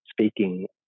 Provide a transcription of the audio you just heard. speaking